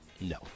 No